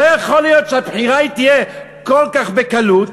לא יכול להיות שהבחירה תהיה כל כך בקלות.